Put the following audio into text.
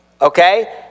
okay